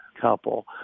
couple